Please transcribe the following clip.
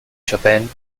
chopin